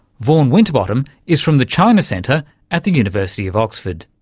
vaughan winterbottom is from the china centre at the university of oxford.